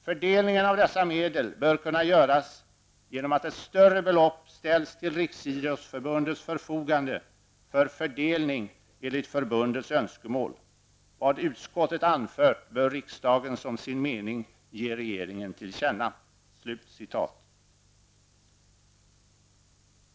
Fördelningen av dessa medel bör kunna göras genom att ett större belopp ställs till Riksidrottsförbundets förfogande för fördelning enligt förbundets önskemål. Vad utskottet anfört bör riksdagen som sin mening ge regeringen till känna.''